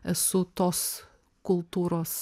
esu tos kultūros